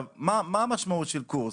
מה המשמעות של קורס?